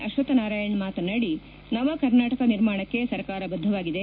ಅಶ್ವಥ್ನಾರಾಯಣ ಮಾತನಾಡಿ ನವ ಕರ್ನಾಟಕ ನಿರ್ಮಾಣಕ್ಕೆ ಸರ್ಕಾರ ಬದ್ದವಾಗಿದೆ